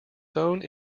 phone